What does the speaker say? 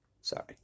Sorry